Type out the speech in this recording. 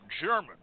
German